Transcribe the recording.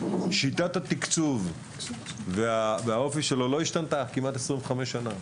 שיטת התקצוב והאופי שלה לא השתנו כבר 25 שנים.